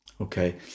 Okay